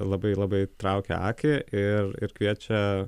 labai labai traukia akį ir ir kviečia